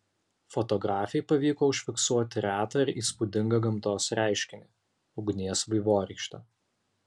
fotografei pavyko užfiksuoti retą ir įspūdingą gamtos reiškinį ugnies vaivorykštę